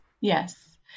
Yes